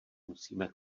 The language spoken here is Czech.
musíme